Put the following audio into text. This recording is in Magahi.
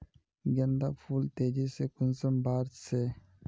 गेंदा फुल तेजी से कुंसम बार से?